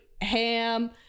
Ham